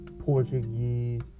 Portuguese